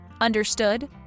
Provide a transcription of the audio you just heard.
Understood